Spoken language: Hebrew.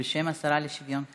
בשם השרה לשוויון חברתי.